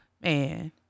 Man